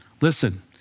Listen